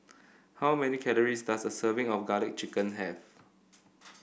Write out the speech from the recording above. how many calories does a serving of garlic chicken have